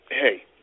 Hey